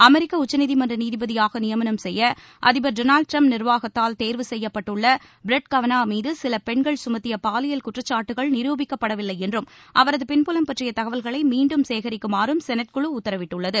அமெிக்க உச்சநீதிமன்ற நீதிபதியாக நியமனம் செய்ய அதிபர் டொனால்ட் ட்ரம்ப் நிர்வாகத்தால் தேர்வு செய்யப்பட்டுள்ள ப்ரெட் கவனா மீது சில பெண்கள் சுமத்திய பாலியல் குற்றச்சாட்டுகள் நிரூபிக்கப்படவில்லை என்றும் அவரது பின்புலம் பற்றிய தகவல்களை மீண்டும் சேகிக்குமாறும் செனட் குழு உத்தரவிட்டுள்ளது